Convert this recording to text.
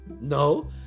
no